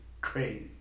crazy